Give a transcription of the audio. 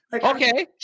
Okay